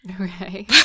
okay